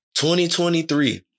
2023